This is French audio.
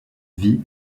vit